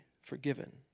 forgiven